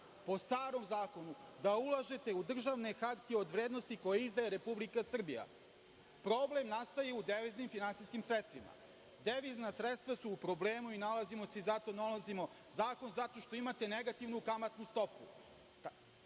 po starom zakonu da ulažete u državne hartije od vrednosti koje izdaje Republika Srbija. Problem nastaje u deviznim finansijskim sredstvima. Devizna sredstva su u problemu i zato donosimo zakon, zato što imate negativnu kamatnu stopu. Kolega